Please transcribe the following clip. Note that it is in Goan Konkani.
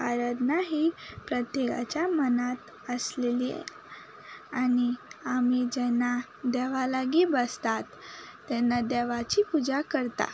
आरदना ही प्रत्येकाच्या मनात आसलेली आनी आमी जेन्ना देवा लागीं बसतात तेन्ना देवाची पुजा करता